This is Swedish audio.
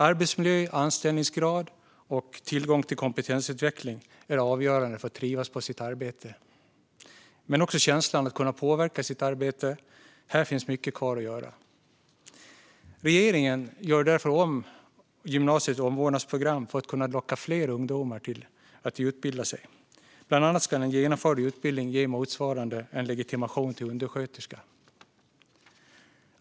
Arbetsmiljö, anställningsgrad och tillgång till kompetensutveckling är avgörande för att trivas på sitt arbete, men också känslan av att kunna påverka sitt arbete är viktig. Här finns mycket kvar att göra. Regeringen gör därför om gymnasiets omvårdnadsprogram för att kunna locka fler ungdomar att utbilda sig. Bland annat ska en genomförd utbildning ge motsvarande undersköterskelegitimation.